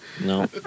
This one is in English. No